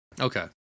Okay